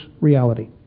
reality